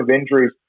injuries